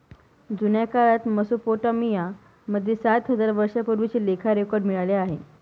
जुन्या काळात मेसोपोटामिया मध्ये सात हजार वर्षांपूर्वीचे लेखा रेकॉर्ड मिळाले आहे